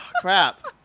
crap